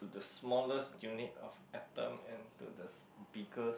the smallest unit of atom and to the s~ biggest